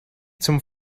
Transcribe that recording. zum